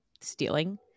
stealing